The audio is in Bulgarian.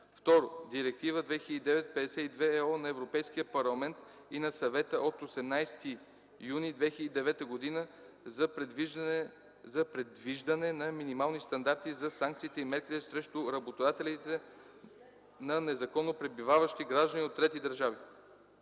2. Директива 2009/52/ЕО на Европейския парламент и на Съвета от 18 юни 2009 г. за предвиждане на минимални стандарти за санкциите и мерките срещу работодатели на незаконно пребиваващи граждани на трета държава